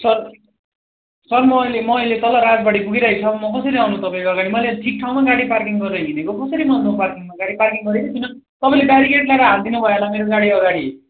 sir sir म अहिले म अहिले तल राजबाडी पुगिरहेको छु म कसरी आउनु तपाईँको अगाडि मैले ठिक ठाउँमा गाडी पार्किङ गरेर हिँडेको कसरी म नो पार्किङमा गाडी पार्किङ गरेकै छैन तपाईँले बेरिकेड ल्याएर हालिदिनु भयो होला मेरो गाडी अगाडि